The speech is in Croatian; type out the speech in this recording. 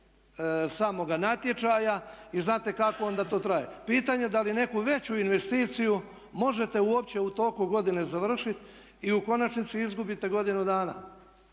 samoga natječaja. I znate kako onda to traje. Pitanje je da li neku veću investiciju možete uopće u toku godine završiti. I u konačnici izgubite godinu dana.